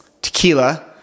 tequila